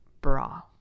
bra